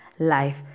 Life